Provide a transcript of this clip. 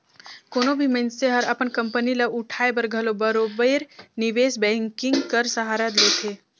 कोनो भी मइनसे हर अपन कंपनी ल उठाए बर घलो बरोबेर निवेस बैंकिंग कर सहारा लेथे